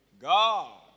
God